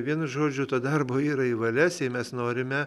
vienu žodžiu to darbo yra į valias jei mes norime